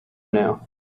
now